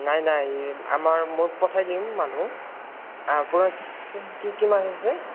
নাই নাই আমাৰ মোৰ পঠাই দিম মানুহ আপোনালোকৰ কি কি মাছ আছে